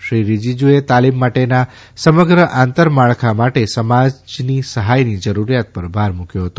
શ્રી રિજીજુએ તાલીમ માટેના સમગ્ર આંતર માળખા માટે સમાજની સહાયની જરૂરિયાત પર ભાર મૂક્યો હતો